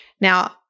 Now